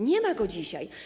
Nie ma go dzisiaj.